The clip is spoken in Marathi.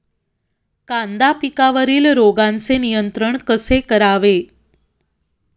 कांदा पिकावरील रोगांचे नियंत्रण कसे करावे?